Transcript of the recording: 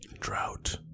Drought